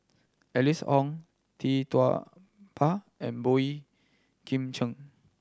Alice Ong Tee Tua Ba and Boey Kim Cheng